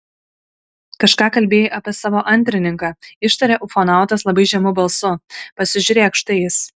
kažką kalbėjai apie savo antrininką ištarė ufonautas labai žemu balsu pasižiūrėk štai jis